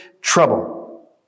trouble